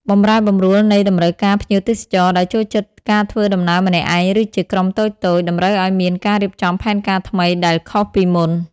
បម្រែបម្រួលនៃតម្រូវការភ្ញៀវទេសចរ ដែលចូលចិត្តការធ្វើដំណើរម្នាក់ឯង ឬជាក្រុមតូចៗ តម្រូវឱ្យមានការរៀបចំផែនការថ្មីដែលខុសពីមុន។